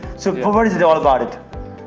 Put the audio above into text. so what is it all about it?